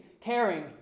caring